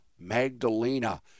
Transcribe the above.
Magdalena